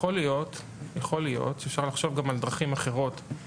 יכול להיות שאפשר לחשוב גם על דרכים אחרות.